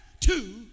two